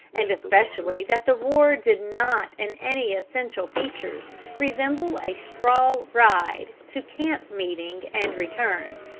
and especially that the war did not in any essential features resemble a straw-ride to camp-meeting and return.